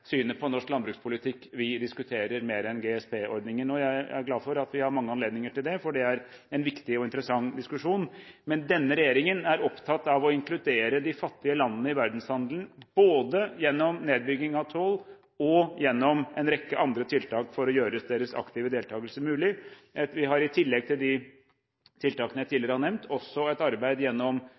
synet på norsk landbrukspolitikk vi diskuterer mer enn GSP-ordningen. Jeg er glad for at vi har mange anledninger til det, for det er en viktig og interessant diskusjon. Men denne regjeringen er opptatt av å inkludere de fattige landene i verdenshandelen både gjennom nedbygging av toll og gjennom en rekke andre tiltak for å gjøre deres aktive deltakelse mulig. Vi har i tillegg til de tiltakene jeg tidligere har nevnt, også et arbeid